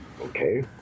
Okay